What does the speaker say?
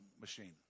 machine